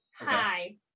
Hi